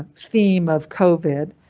theme of covid.